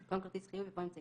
"תיקון חוק כבישי אגרה